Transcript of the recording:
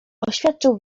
oświadczył